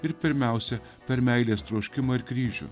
ir pirmiausia per meilės troškimą ir kryžių